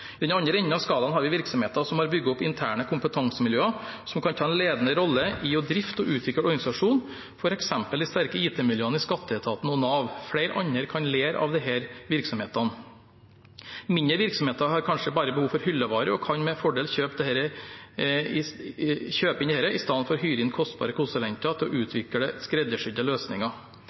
I den andre enden av skalaen har vi virksomheter som har bygget opp interne kompetansemiljøer som kan ta en ledende rolle i å drifte og utvikle organisasjonen, f.eks. de sterke IT-miljøene i skatteetaten og Nav. Flere andre kan lære av disse virksomhetene. Mindre virksomheter har kanskje bare behov for hyllevare og kan med fordel kjøpe inn dette i stedet for å hyre inn kostbare konsulenter til å utvikle skreddersydde løsninger.